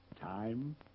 Time